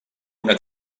una